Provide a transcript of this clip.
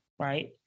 right